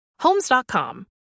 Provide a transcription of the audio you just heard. homes.com